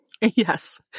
Yes